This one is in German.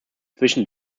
zwischen